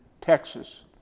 Texas